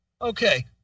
Okay